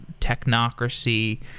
technocracy